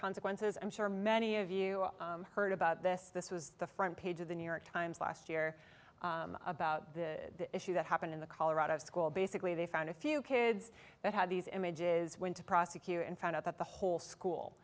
consequences i'm sure many of you heard about this this was the front page of the new york times last year about this issue that happened in the colorado school basically they found a few kids that had these images went to prosecute and found out that the whole school